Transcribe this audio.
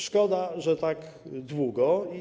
Szkoda, że tak długo.